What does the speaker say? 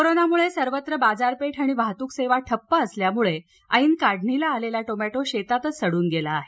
कोरोनामुळे सर्वत्र बाजारपेठ आणि वाहतूक सेवा ठप्प असल्यामुळे ऐन काढणीला आलेला टोमद्दी शेतातच सडून गेला आहे